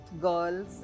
girls